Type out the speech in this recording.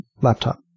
laptop